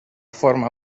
forma